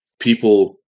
People